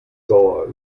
sauer